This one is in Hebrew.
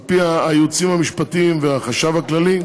על-פי היועצים המשפטיים והחשב הכללי,